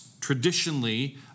traditionally